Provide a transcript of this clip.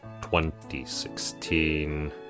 2016